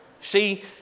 See